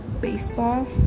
baseball